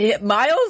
Miles